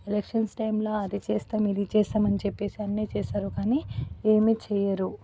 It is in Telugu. ఎలక్షన్స్ టైంలో అది చేస్తాం ఇది చేస్తామని చెప్పేసి అన్ని చేస్తారు కానీ ఏమి చేయరు